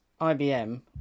ibm